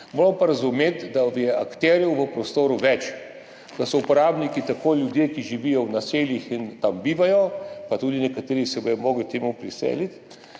Moramo pa razumeti, da je akterjev v prostoru več, da so uporabniki ljudje, ki živijo v naseljih in tam bivajo, pa tudi nekateri se bodo morali preseliti,